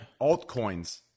altcoins